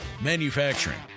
Manufacturing